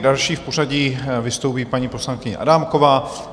Další v pořadí vystoupí paní poslankyně Adámková.